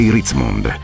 Ritzmond